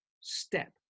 step